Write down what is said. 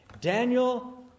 Daniel